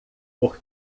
por